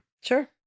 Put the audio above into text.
Sure